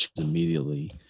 immediately